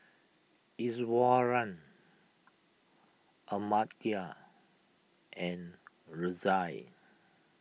Iswaran Amartya and Razia